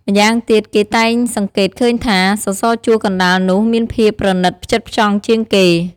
ម៉្យាងទៀតគេតែងសង្កេតឃើញថា សសរជួរកណ្តាលនោះមានភាពប្រណិតផ្ចិតផ្ចង់ជាងគេ។